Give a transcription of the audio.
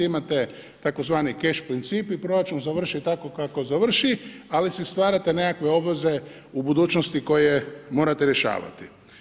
Imate tzv. cash princip i proračun završi tako kako završi ali si stvarate nekakve obveze u budućnosti koje morate rješavati.